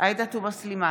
עאידה תומא סלימאן,